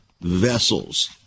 vessels